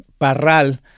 Parral